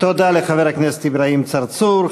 תודה לחבר הכנסת אברהים צרצור.